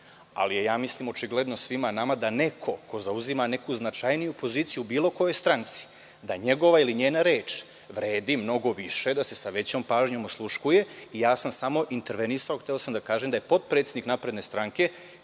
ali je mislim očigledno svima nama da neko ko zauzima neku značajniju poziciju u bilo kojoj stranci, da njegova ili njena reč vredi mnogo više, da se sa većom pažnjom osluškuje. Samo sam intervenisao i hteo sam da kažem da je potpredsednik SNS kada je